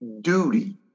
duty